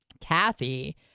Kathy